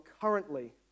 currently